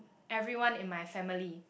everyone in my family